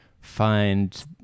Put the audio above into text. find